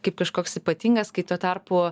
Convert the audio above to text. kaip kažkoks ypatingas kai tuo tarpu